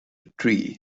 tree